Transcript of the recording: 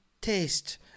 taste